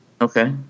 Okay